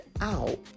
out